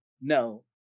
No